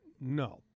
no